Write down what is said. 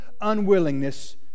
unwillingness